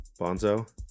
Bonzo